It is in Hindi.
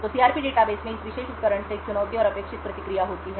तो सीआरपी डेटाबेस में इस विशेष उपकरण से एक चुनौती और अपेक्षित प्रतिक्रिया होती है